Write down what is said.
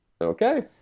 Okay